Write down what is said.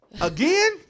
Again